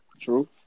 True